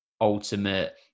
ultimate